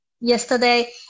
yesterday